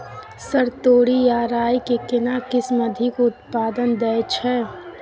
Sir तोरी आ राई के केना किस्म अधिक उत्पादन दैय छैय?